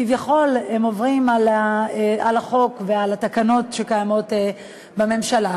שכביכול הם עוברים על החוק ועל התקנות שקיימות בממשלה.